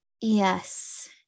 Yes